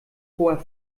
hoher